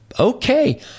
Okay